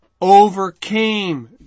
overcame